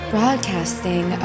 Broadcasting